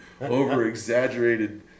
over-exaggerated